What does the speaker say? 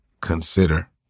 consider